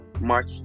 March